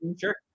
sure